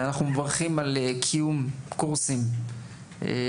אנחנו מברכים על קיום קורסים